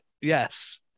yes